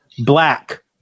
black